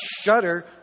shudder